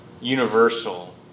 Universal